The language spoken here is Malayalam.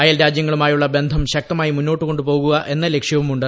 അയൽ രാജ്യങ്ങളുമായുള്ള ബന്ധം ശക്തമായി മുന്നോട്ടുകൊണ്ടുപോകുക എന്ന ലക്ഷ്യവുമുണ്ട്